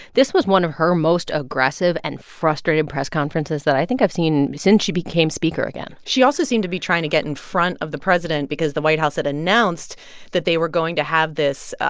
this was one of her most aggressive and frustrated press conferences that i think i've seen since she became speaker again she also seemed to be trying to get in front of the president because the white house had announced that they were going to have this,